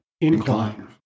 incline